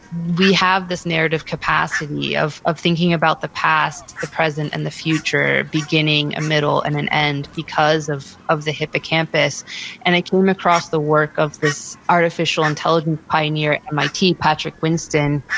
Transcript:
we have this narrative capacity of of thinking about the past, the present, and the future, beginning a middle and an end because of of the hippocampus and i came across the work of this artificial intelligence pioneer at mit, patrick winston,